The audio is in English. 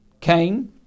Cain